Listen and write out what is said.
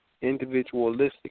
individualistic